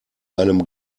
einem